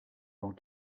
dans